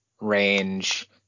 range